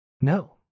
no